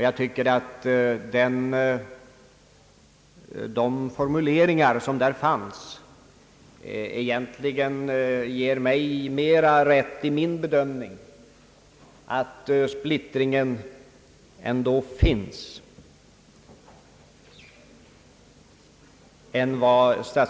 Jag tycker att de formuleringar som fanns där ger mig mera rätt i min bedömning, nämligen att splittringen ändå finns.